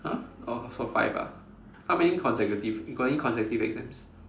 !huh! oh so five ah how many consecutive you got any consecutive exams